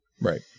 Right